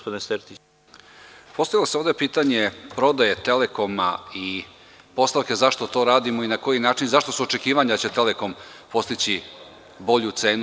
Postavilo se ovde pitanje prodaje Telekoma i postavke zašto to radimo i na koji način, zašto su očekivanja da će Telekom postići bolju cenu.